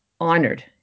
honored